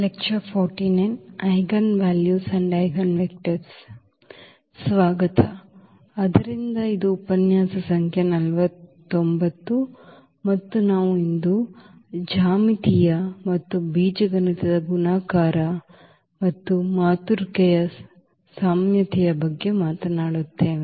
ಮರಳಿ ಸ್ವಾಗತ ಆದ್ದರಿಂದ ಇದು ಉಪನ್ಯಾಸ ಸಂಖ್ಯೆ 49 ಮತ್ತು ನಾವು ಇಂದು ಜ್ಯಾಮಿತೀಯ ಮತ್ತು ಬೀಜಗಣಿತದ ಗುಣಾಕಾರ ಮತ್ತು ಮಾತೃಕೆಯ ಸಾಮ್ಯತೆಯ ಬಗ್ಗೆ ಮಾತನಾಡುತ್ತೇವೆ